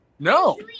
No